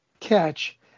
catch